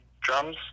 drums